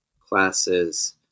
classes